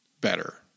better